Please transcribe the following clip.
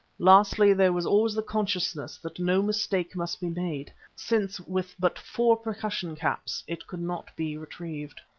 lastly there was always the consciousness that no mistake must be made, since with but four percussion caps it could not be retrieved.